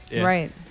right